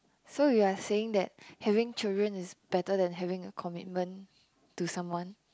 so you're saying that having children is better than having a commitment to someone